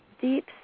deep